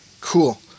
cool